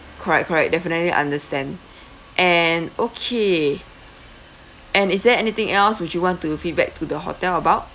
correct correct definitely understand and okay and is there anything else which you want to feedback to the hotel about